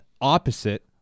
opposite